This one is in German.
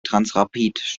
transrapid